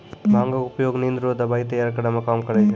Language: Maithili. भांगक उपयोग निंद रो दबाइ तैयार करै मे काम करै छै